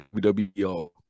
WWE